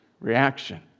reaction